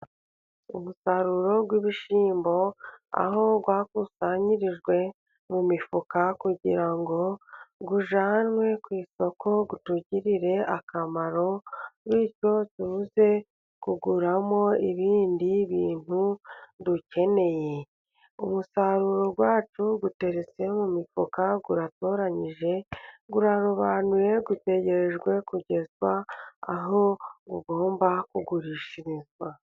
Umusaruro w'ibishyimbo aho wakusanyirijwe mu mifuka kugira ngo ujyanwe ku isoko, utugirire akamaro bityo tuze kuguramo ibindi bintu dukeneye. Umusaruro wacu uteretse mu mifuka ,uratoranyije urarobanuye, utegerejwe kugezwa aho ugomba kugurishirizwa.